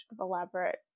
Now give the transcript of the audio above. elaborate